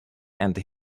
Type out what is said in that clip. and